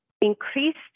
increased